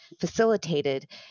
facilitated